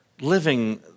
living